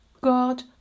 God